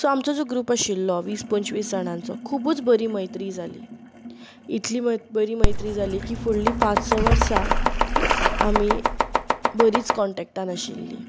so आमचो जो group आशिल्लो वीस पंचवीस जाणांचो खुबच बरी मैत्री जाली इतली बरी मैत्री जाली की फुडलीं पांच स वर्सां आमी बरींच कॉन्टेक्टान आशिल्लीं